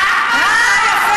אה, יפה.